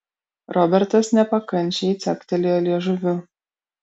robertas nepakančiai caktelėjo liežuviu